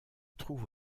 trouve